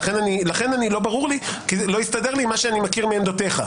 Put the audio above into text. לכן לא ברור לי כי זה לא מה שאני מכיר מעמדותיך.